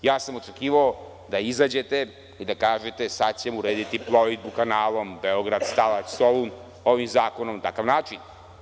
Ja sam očekivao da izađete i da kažete – sad ćemo urediti plovidbu kanalom Beograd – Stalać – Solun ovim zakonom na takav način.